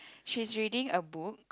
she's reading a book